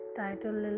title